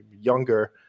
younger